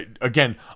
again